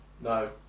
No